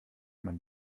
man